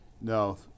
No